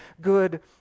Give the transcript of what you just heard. good